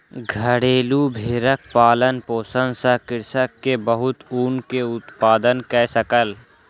घरेलु भेड़क पालन पोषण सॅ कृषक के बहुत ऊन के उत्पादन कय सकल